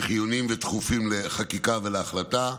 חיוניים ודחופים לחקיקה ולהחלטה,